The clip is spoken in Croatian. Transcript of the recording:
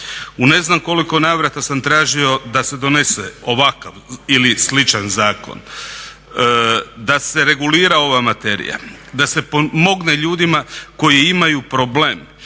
U ne znam koliko navrata sam tražio da se donese ovakav ili sličan zakon, da se regulira ova materija, da se pomogne ljudima koji imaju problem.